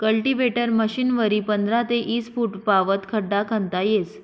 cultivator मशीनवरी पंधरा ते ईस फुटपावत खड्डा खणता येस